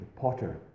potter